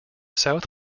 south